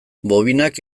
bobinak